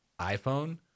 iPhone